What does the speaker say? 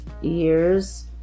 years